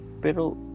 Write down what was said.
pero